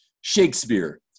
Shakespeare